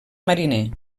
mariner